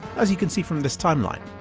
as you can see from this timeline,